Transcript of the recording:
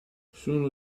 sono